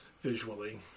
Visually